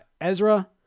Ezra